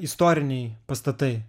istoriniai pastatai